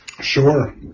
Sure